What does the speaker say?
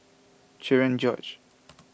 Cherian George